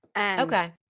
Okay